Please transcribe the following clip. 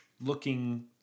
looking